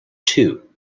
two